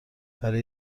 برای